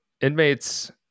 inmates